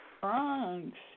Bronx